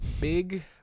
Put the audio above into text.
Big